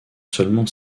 seulement